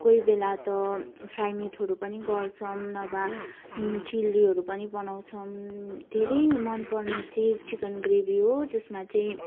कोही बेला त फ्राई मिटहरू पनि गर्छौँ नभए चिल्लीहरू पनि बनाउँछौँ धेरै मनपर्ने चाहिँ चिकन ग्रेभी हो जसमा चाहिँ